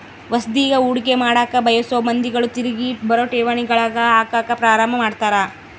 ಹೊಸದ್ಗಿ ಹೂಡಿಕೆ ಮಾಡಕ ಬಯಸೊ ಮಂದಿಗಳು ತಿರಿಗಿ ಬರೊ ಠೇವಣಿಗಳಗ ಹಾಕಕ ಪ್ರಾರಂಭ ಮಾಡ್ತರ